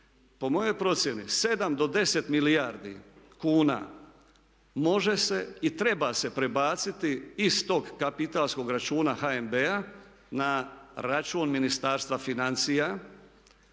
po mojoj procjeni 7 do 10 milijardi kuna može se i treba se prebaciti iz tog kapitalskog računa HNB-a na račun Ministarstva financija